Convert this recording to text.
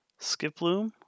Skiploom